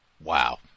Wow